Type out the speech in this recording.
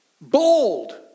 Bold